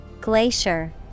Glacier